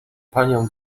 panią